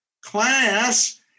class